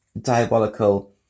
Diabolical